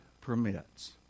permits